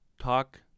talk